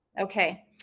Okay